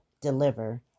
deliver